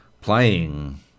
playing